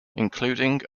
including